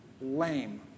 lame